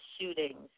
shootings